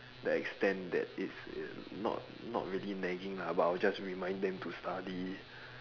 the extent that it's it not not really nagging ah but I will just remind them to study